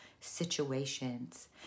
situations